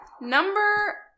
number